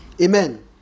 Amen